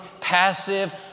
passive